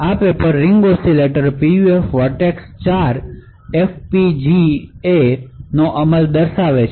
આ paper ring oscillator PUF Vertex 4 એફપીજીએનો અમલ દર્શાવે છે